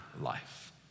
life